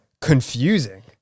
confusing